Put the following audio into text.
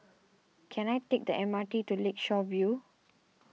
can I take the M R T to Lakeshore View